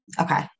Okay